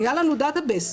נהיה לנו דאטה-בייס.